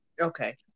Okay